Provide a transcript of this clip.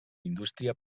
indústria